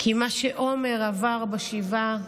כי מה שעומר עבר בשבעה,